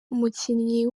umukinnyi